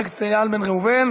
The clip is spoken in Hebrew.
חבר הכנסת איל בן ראובן,